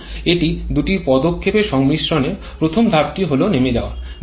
এখন এটি দুটি পদক্ষেপের সংমিশ্রণ প্রথম ধাপটি হলো নেমে যাওয়া